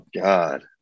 God